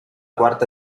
quarta